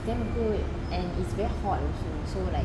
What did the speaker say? it's damn good and it's very hot so like